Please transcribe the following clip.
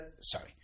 Sorry